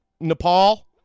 Nepal